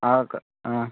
അതൊക്കെ ആ